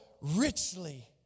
Richly